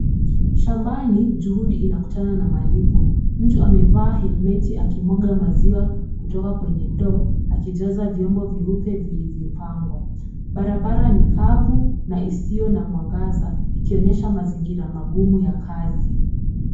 Shambani juhudi inakutana na malipo. Mtu amevaa helmeti akimwaga maziwa kutoka kwenye ndoo, akijaza vyombo vyeupe vilivyopangwa. Barabara ni kavu na isiyo na mwangaza ikionyesha mazingira magumu ya kazi.